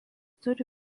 turi